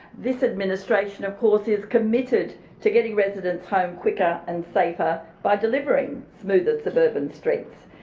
this administration of course is committed to getting residents home quicker and safer by delivering smoother suburban streets.